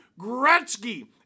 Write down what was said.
GRETZKY